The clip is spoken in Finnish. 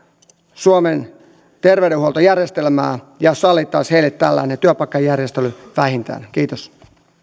suomen terveydenhuoltojärjestelmää että sallittaisiin heille vähintään tällainen työpaikkajärjestely kiitos